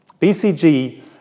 BCG